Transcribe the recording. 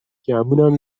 گمونم